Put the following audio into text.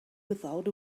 without